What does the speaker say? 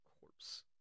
corpse